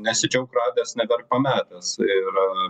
nesidžiauk radęs neverk pametęs ir